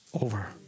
over